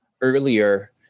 earlier